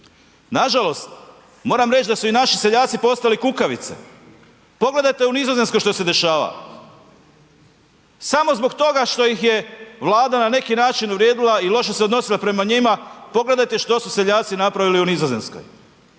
Nažalost, moram reći da i naši seljaci postali kukavice. Pogledajte u Nizozemskoj što se dešava. Samo zbog toga što ih je Vlada, na neki način uvrijedila i loše se odnosila prema njima, pogledajte što su seljaci napravili u Nizozemskoj.